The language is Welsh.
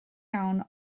iawn